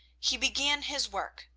he began his work,